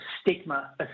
stigma